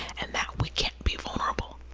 and that we can't be vulnerable,